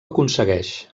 aconsegueix